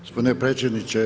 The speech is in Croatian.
Gospodine predsjedniče.